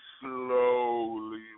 slowly